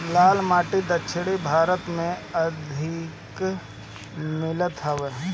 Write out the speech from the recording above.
लाल माटी दक्षिण भारत में अधिका मिलत हवे